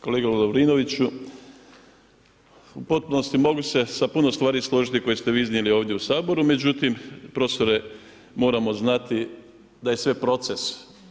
Kolega Lovrinoviću, u potpunosti, mogu se s puno stvari složiti, koje ste vi iznijeli ovdje u Saboru, međutim, profesore, moramo znati da je sve proces.